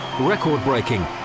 record-breaking